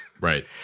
Right